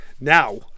now